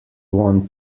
won